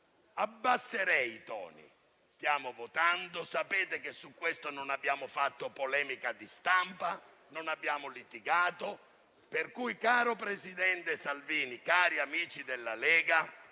abbasserei i toni. Stiamo votando e sapete che su questo non abbiamo fatto polemica di stampa, non abbiamo litigato. Pertanto, caro presidente Salvini, cari amici della Lega,